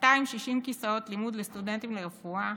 260 כיסאות לימוד לסטודנטים לרפואה